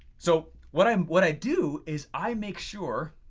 so what i um what i do is i make sure.